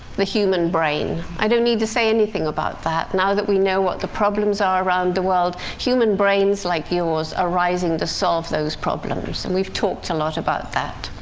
the human brain i don't need to say anything about that. now that we know what the problems are around the world, human brains like yours are rising to solve those problems. and we've talked a lot about that.